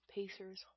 Pacers